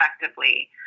effectively